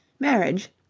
marriage,